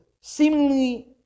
seemingly